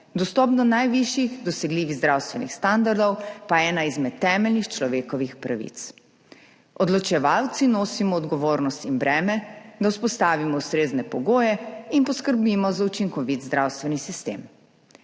dostop do najvišjih dosegljivih zdravstvenih standardov pa je ena izmed temeljnih človekovih pravic. Odločevalci nosimo odgovornost in breme, da vzpostavimo ustrezne pogoje in poskrbimo za učinkovit zdravstveni sistem.